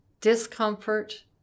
Discomfort